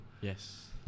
yes